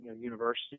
university